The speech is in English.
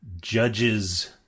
judges